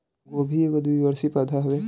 गोभी एगो द्विवर्षी पौधा हवे